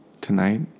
Tonight